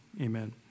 Amen